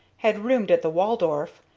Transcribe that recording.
had roomed at the waldorf,